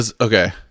Okay